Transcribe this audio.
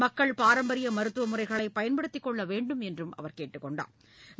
மக்கள் பாரம்பரிய மருத்துவ முறைகளை பயன்படுத்திக் கொள்ள வேண்டுமென்று அவர் கேட்டுக் கொண்டாா்